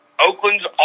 Oakland's